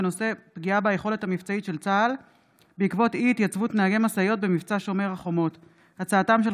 התרבות והספורט בעקבות דיון מהיר בהצעתם של